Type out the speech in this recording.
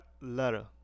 Letter